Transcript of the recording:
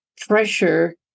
pressure